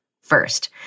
First